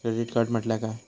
Credit card म्हटल्या काय?